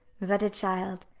vat a child!